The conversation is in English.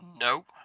No